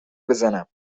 بزنم